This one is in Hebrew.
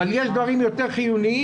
אבל יש דברים יותר חיוניים,